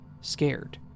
scared